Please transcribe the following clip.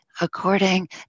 According